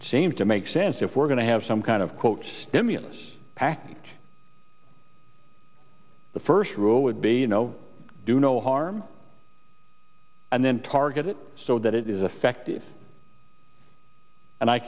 it seems to make sense if we're going to have some kind of quote stimulus package the first rule would be you know do no harm and then target it so that it is effective and i